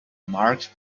marked